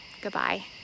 Goodbye